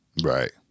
Right